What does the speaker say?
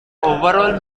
overall